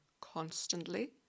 constantly